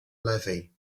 levee